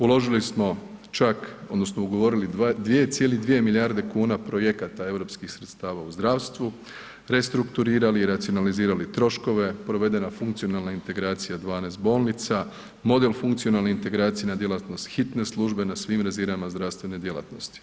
Uložili smo čak, odnosno ugovorili 2,2 milijarde kuna projekata europskih sredstava u zdravstvu, restrukturirali i racionalizirali troškove, provedena je funkcionalna integracija 12 bolnica, model funkcionalne integracije na djelatnost hitne službe, na svim razinama zdravstvene djelatnosti.